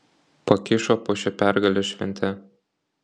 pakišo po šia pergalės švente